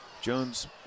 Jones